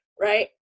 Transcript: right